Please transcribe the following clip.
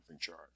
charge